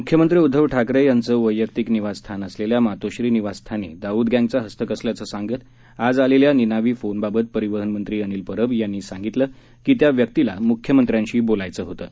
मुख्यमंत्र उदधव ठाकरे यांचं वैयक्तिक निवासस्थान असलेल्या मातोश्री निवासस्थानी दाऊद गँगचा हस्तक असल्याचं सांगत आज आलेल्या निनावी फोन बाबत परीवहन मंत्री अनिल परब यांनी सांगितलं की त्या व्यक्तिला म्ख्यमंत्र्यांशी बोलायचं होतं